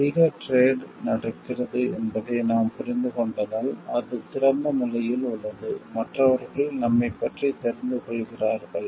அதிக டிரேட் வர்த்தகம் நடக்கிறது என்பதை நாம் புரிந்துகொண்டதால் அது திறந்த நிலையில் உள்ளது மற்றவர்கள் நம்மைப் பற்றி தெரிந்து கொள்கிறார்கள்